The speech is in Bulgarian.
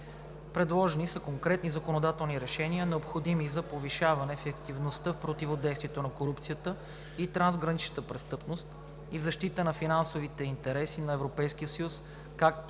Предложени са конкретни законодателни решения, необходими за повишаване ефективността в противодействието на корупцията и трансграничната престъпност и в защита на финансовите интереси на Европейския съюз,